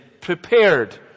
prepared